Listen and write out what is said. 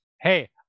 Hey